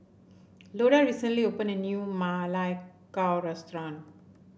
Loda recently opened a new Ma Lai Gao restaurant